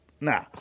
nah